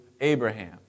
Abraham